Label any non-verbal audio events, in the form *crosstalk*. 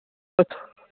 ਏਥ *unintelligible*